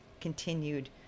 continued